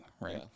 right